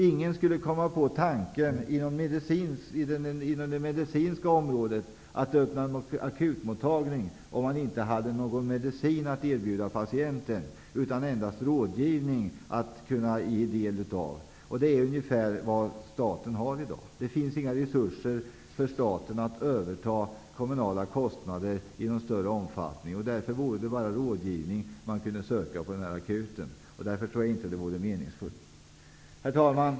Ingen skulle på det medicinska området komma på tanken att öppna en akutmottagning, om man inte hade någon medicin utan endast rådgivning att erbjuda patienten. Staten har i dag inga resurser att i någon större omfattning överta kommunala kostnader. Det skulle därför bara bli rådgivning som denna akut skulle kunna ge, och då tror jag inte att den blir meningsfull. Herr talman!